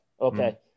Okay